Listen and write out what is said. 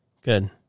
Good